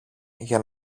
για